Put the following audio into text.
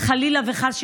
חלילה וחס,